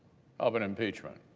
of an impeachment.